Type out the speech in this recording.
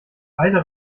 beide